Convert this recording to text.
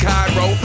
Cairo